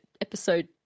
episode